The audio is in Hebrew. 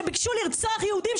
שביקשו לרצוח יהודים,